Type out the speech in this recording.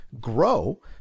grow